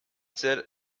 sehr